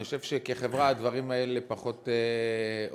אני חושב שכחברה הדברים האלה פחות הוגנים.